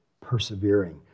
persevering